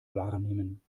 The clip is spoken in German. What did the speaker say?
wahrnehmen